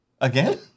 Again